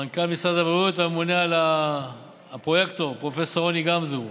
מנכ"ל משרד הבריאות והפרויקטור פרופ' רוני גמזו,